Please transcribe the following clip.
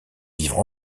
vivre